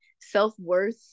self-worth